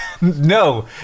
No